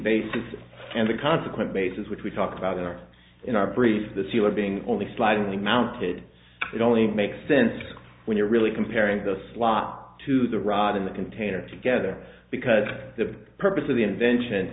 bases and the consequent bases which we talk about in our in our brief the sealer being only sliding mounted it only makes sense when you're really comparing the slot to the rod in the container together because the purpose of the invention